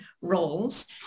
roles